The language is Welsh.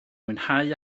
mwynhau